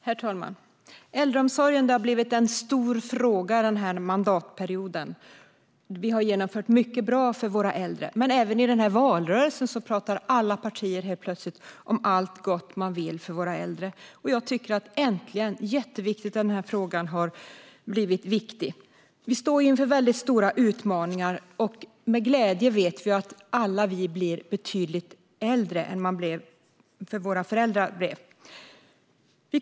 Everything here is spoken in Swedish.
Herr talman! Äldreomsorgen har blivit en stor fråga denna mandatperiod, och vi har genomfört mycket som är bra för våra äldre. Men även i den här valrörelsen talar alla partier helt plötsligt om allt gott man vill för våra äldre. Äntligen har denna fråga blivit viktig! Vi står inför stora utmaningar, och vi vet att vi alla glädjande nog blir betydligt äldre än våra föräldrar blev.